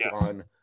on